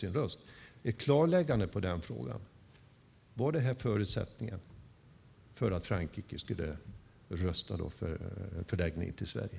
Jag vill ha ett klarläggande i den frågan. Var detta förutsättningen för att Frankrike skulle rösta på en förläggning till Sverige?